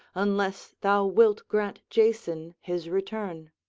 unless thou wilt grant jason his return.